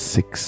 Six